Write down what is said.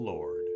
Lord